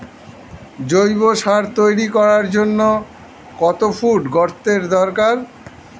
জৈব সার তৈরি করার জন্য কত ফুট গর্তের দরকার?